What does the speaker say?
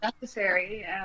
Necessary